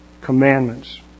commandments